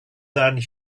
than